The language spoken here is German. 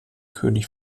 könig